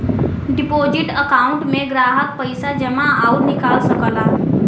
deposit account में ग्राहक पइसा जमा आउर निकाल सकला